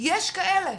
יש כאלה,